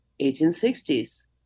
1860s